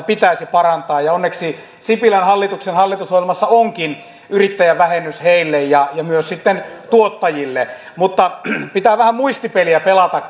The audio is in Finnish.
pitäisi parantaa onneksi sipilän hallituksen hallitusohjelmassa onkin yrittäjävähennys heille ja myös tuottajille mutta pitää vähän muistipeliä pelata